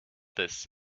this